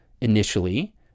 initially